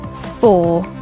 four